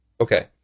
Okay